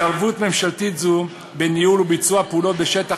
התערבות ממשלתית זו בניהול וביצוע פעולות בשטח